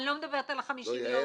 אני לא מדברת על ה-50 יום --- לא,